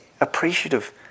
appreciative